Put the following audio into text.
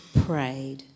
prayed